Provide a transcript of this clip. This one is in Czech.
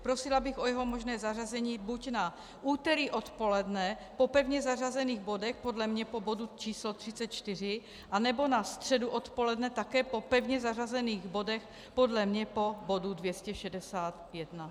Prosila bych o jeho možné zařazení buď na úterý odpoledne po pevně zařazených bodech, podle mě po bodu číslo 34, nebo na středu odpoledne také po pevně zařazených bodech, podle mě po bodu 261.